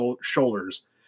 shoulders